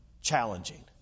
challenging